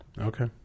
Okay